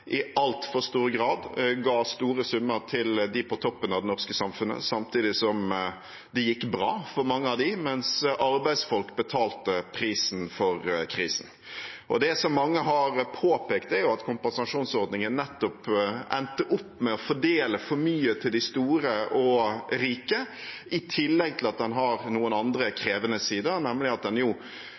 i altfor stor grad ga store summer til dem på toppen av det norske samfunnet, samtidig som det gikk bra for mange av dem, mens arbeidsfolk betalte prisen for krisen. Det som mange har påpekt, er at kompensasjonsordningen nettopp endte opp med å fordele for mye til de store og rike, i tillegg til at den har noen andre krevende sider, nemlig at den